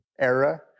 era